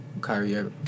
Kyrie